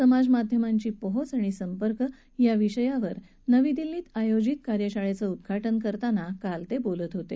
समाजमाध्यमांची पोहोच आणि संपर्क या विषयावर नवी दिल्लीत आयोजित कार्यशाळेचं उद्घाटन करताना काल ते बोलत होते